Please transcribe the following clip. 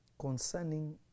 concerning